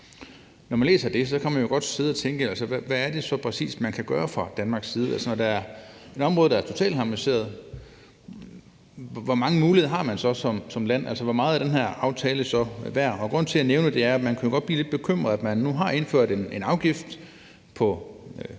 Hvad er det så præcis, man kan gøre fra Danmarks side? Når der er et område, der er totaltharmoniseret, hvor mange muligheder har man så som land? Hvor meget er den her aftale så værd? Grunden til jeg nævner det, er, at man godt kan blive lidt bekymret over, at man nu har indført en afgift på